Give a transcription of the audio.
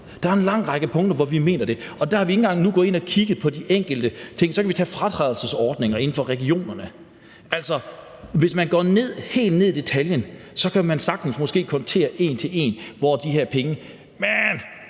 Der er en lang række punkter, hvor vi kan sige det. Og der er vi ikke engang gået ind og har kigget på de enkelte ting endnu. Så kan vi tage fratrædelsesordninger inden for regionerne. Altså, hvis man går helt ned i detaljen, kan man måske sagtens kontere en til en, hvor de her penge skal